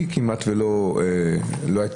לא רק